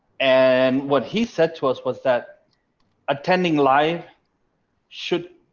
and what he said to us was that attending live should